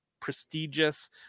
prestigious